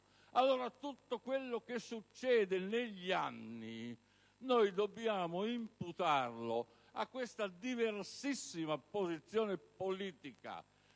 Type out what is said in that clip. Tutto quello che accade negli anni dobbiamo imputarlo a questa diversissima posizione politica.